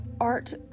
art